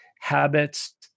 habits